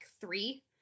three